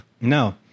No